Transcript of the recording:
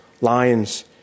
lions